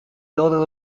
d’ordres